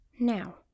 Now